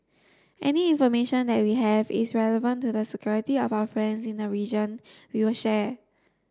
any information that we have is relevant to the security of our friends in the region we will share